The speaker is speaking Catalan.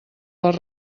les